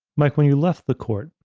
mike, when you left the court,